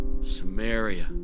Samaria